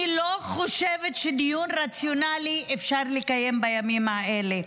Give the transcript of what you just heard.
אני לא חושבת שאפשר לקיים דיון רציונלי בימים אלה.